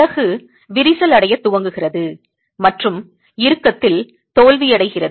அலகு விரிசல் அடையத் துவங்குகிறது மற்றும் இறுக்கத்தில் தோல்வியடைகிறது